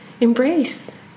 embrace